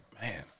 man